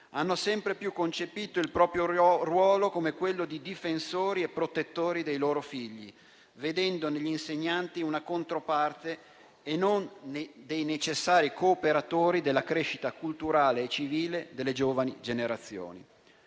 hanno sempre più concepito il proprio ruolo come quello di difensori e protettori dei loro figli, vedendo negli insegnanti una controparte e non dei necessari cooperatori della crescita culturale e civile delle giovani generazioni.